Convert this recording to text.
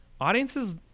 Audiences